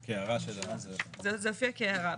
זה הופיע כהערה.